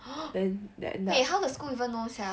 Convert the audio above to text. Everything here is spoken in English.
wait how the school even know sia